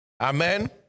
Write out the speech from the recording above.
Amen